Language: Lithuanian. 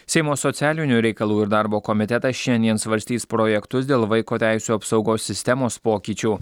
seimo socialinių reikalų ir darbo komitetas šiandien svarstys projektus dėl vaiko teisių apsaugos sistemos pokyčių